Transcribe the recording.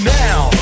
now